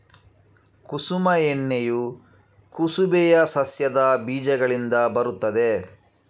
ಕುಸುಮ ಎಣ್ಣೆಯು ಕುಸುಬೆಯ ಸಸ್ಯದ ಬೀಜಗಳಿಂದ ಬರುತ್ತದೆ